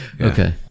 Okay